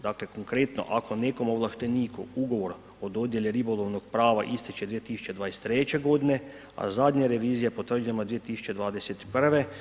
Dakle konkretno, ako nekom ovlašteniku ugovor o dodjeli ribolovnog prava ističe 2023. godine a zadnja revizija je potvrđena 2021.